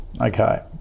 Okay